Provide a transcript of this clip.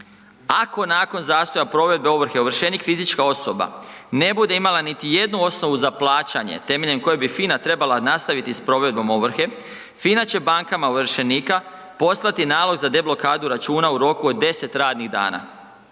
Ako nakon zastoja provedbe ovrhe ovršenik fizička osoba ne bude imala niti jednu osnovu za plaćanje temeljem kojeg bi FINA trebala nastaviti s provedbom ovrhe, FINA će bankama ovršenika poslati nalog za deblokadu računa u roku od 10 radnih dana.